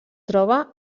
troba